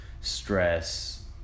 stress